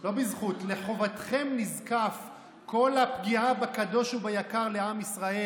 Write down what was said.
לחובתכם נזקפה כל הפגיעה בקדוש וביקר לעם ישראל.